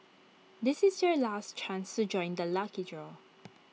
this is your last chance to join the lucky draw